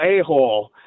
a-hole